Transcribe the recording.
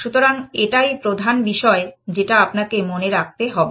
সুতরাং এটাই প্রধান বিষয় যেটা আপনাকে মনে রাখতে হবে